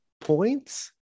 points